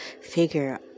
figure